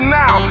now